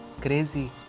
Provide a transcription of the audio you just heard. Crazy